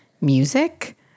music